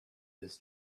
this